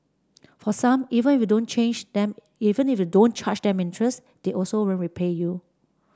for some even if you don't change them if you don't charge them interest they also won't repay you